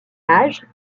âge